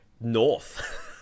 north